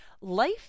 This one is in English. Life